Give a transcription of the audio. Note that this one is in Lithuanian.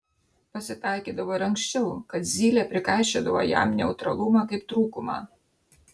pasitaikydavo ir anksčiau kad zylė prikaišiodavo jam neutralumą kaip trūkumą